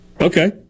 Okay